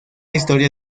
historia